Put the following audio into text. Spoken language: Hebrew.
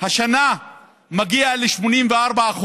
השנה מגיע ל-84%.